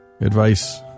Advice